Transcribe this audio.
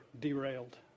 derailed